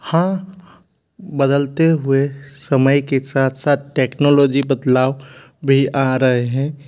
हाँ बदलते हुए समय के साथ साथ टेक्नोलॉजी बदलाव भी आ रहे हैं